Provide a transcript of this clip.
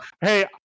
Hey